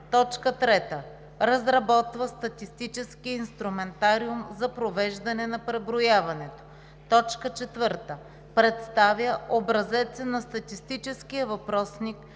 съюз; 3. разработва статистическия инструментариум за провеждане на преброяването; 4. представя образеца на статистическия въпросник